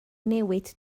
newid